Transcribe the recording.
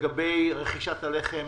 לגבי רכישת הלחם